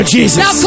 Jesus